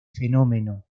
fenómeno